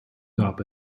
gab